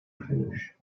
finish